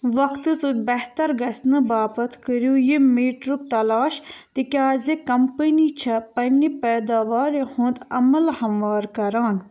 وقتہٕ سۭتۍ بہتر گژھِ نہٕ باپتھ کٔرِو یہِ میٖٹرُک تلاش تِکیٛازِ کَمپٔنی چھےٚ پنٛنہِ پیداوارِ ہُنٛد عمل ہموار کران